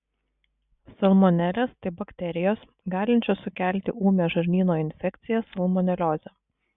salmonelės tai bakterijos galinčios sukelti ūmią žarnyno infekciją salmoneliozę